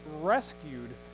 rescued